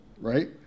right